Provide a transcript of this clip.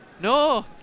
No